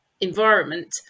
environment